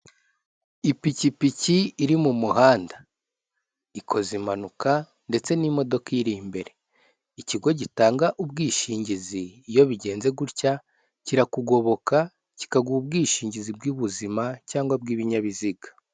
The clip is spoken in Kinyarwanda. Ipikipiki iri mu muhanda, ikoze impanuka ndetse n'imodoka iyiri imbere, ikigo gitanga ubwishingizi iyo bigenze gutya kirakugoboka kikaguha ubwishingizi bw'ubuzima cyangwa bw'ibinyabiziga.